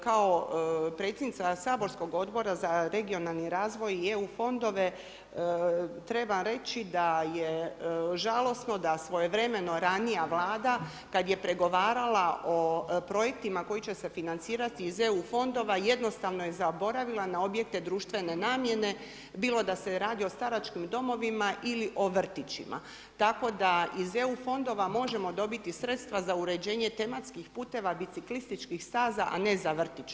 Kao predsjednica saborskog Odbora za regionalni razvoj i eu fondove, trebam reći da je žalosno da svojevremeno ranija vlada kada je pregovarala o projektima koji će se financirati iz eu fondova, jednostavno je zaboravila na objekte društvene namjene bilo da se radi o staračkim domovima ili o vrtićima, tako da iz eu fondova možemo dobiti sredstva za uređenje tematskih puteva biciklističkih staza, a ne za vrtić.